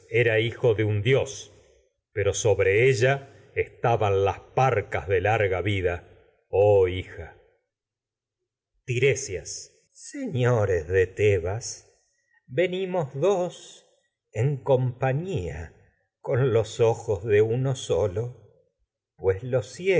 era de hijo de dios pero sobre ella estaban pai cas larga vida señores de oh hija tebas venimos tiresias dos en com pañía con los ojos de uno solo pues los